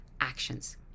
actions